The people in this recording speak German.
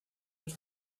wird